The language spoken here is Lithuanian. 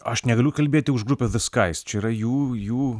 aš negaliu kalbėti už grupę ve skais čia yra jų jų